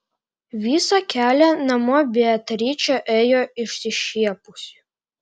visą kelią namo beatričė ėjo išsišiepusi